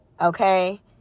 Okay